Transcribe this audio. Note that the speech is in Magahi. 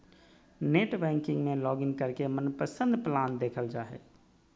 नेट बैंकिंग में लॉगिन करके मनपसंद प्लान देखल जा हय